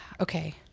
okay